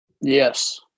yes